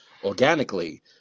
Organically